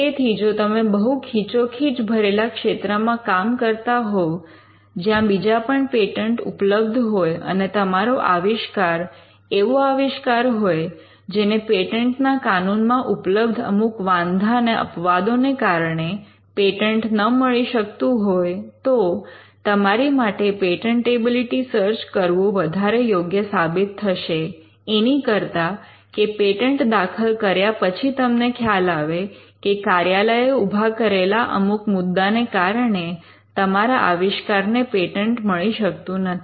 તેથી જો તમે બહુ ખીચોખીચ ભરેલા ક્ષેત્રમાં કામ કરતા હોવ જ્યાં બીજા પણ પેટન્ટ ઉપલબ્ધ હોય અને તમારો આવિષ્કાર એવો આવિષ્કાર હોય જેને પેટન્ટના કાનૂનમાં ઉપલબ્ધ અમુક વાંધા અને અપવાદોને કારણે પેટન્ટ ન મળી શકતું હોય તો તમારી માટે પેટન્ટેબિલિટી સર્ચ કરવું વધારે યોગ્ય સાબિત થશે એની કરતા કે પેટન્ટ દાખલ કર્યા પછી તમને ખ્યાલ આવે કે કાર્યાલયએ ઊભા કરેલા અમુક મુદ્દાને કારણે તમારા આવિષ્કારને પેટન્ટ મળી શકતું નથી